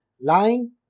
Lying